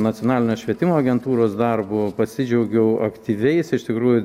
nacionalinės švietimo agentūros darbu pasidžiaugiau aktyviais iš tikrųjų